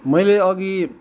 मैले अघि